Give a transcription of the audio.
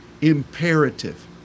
imperative